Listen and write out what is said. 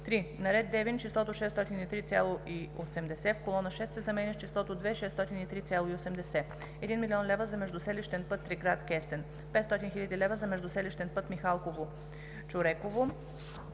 3. На ред Девин числото „603,80“ в колона 6 се заменя с числото „2 603,80“. - 1 млн. лв. за междуселищен път Триград – Кестен; - 500 хил. лв. за междуселищен път Михалково – Чуреково;